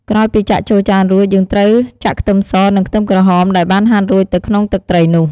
ក្រោយពីចាក់ចូលចានរួច យើងត្រូវចាក់ខ្ទឹមស និងខ្ទឹមក្រហមដែលបានហាន់រួចទៅក្នុងទឹកត្រីនោះ។